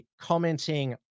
commenting